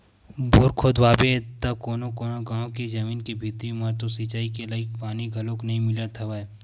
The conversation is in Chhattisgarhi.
बोर खोदवाबे त कोनो कोनो गाँव के जमीन के भीतरी म तो सिचई के लईक पानी घलोक नइ मिलत हवय